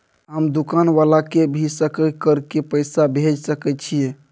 हम दुकान वाला के भी सकय कर के पैसा भेज सके छीयै?